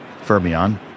Fermion